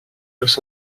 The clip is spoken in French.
los